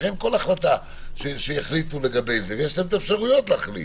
לכן כל החלטה שיחליטו יש אפשרויות להחליט.